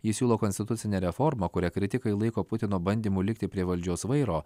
jis siūlo konstitucinę reformą kurią kritikai laiko putino bandymu likti prie valdžios vairo